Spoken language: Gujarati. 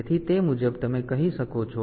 તેથી તે મુજબ તમે કહી શકો છો